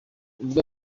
ubwo